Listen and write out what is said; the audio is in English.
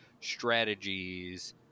strategies